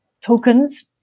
tokens